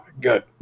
Good